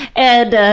and ah